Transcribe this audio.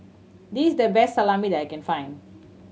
this is the best Salami that I can find